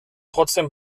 trotzdem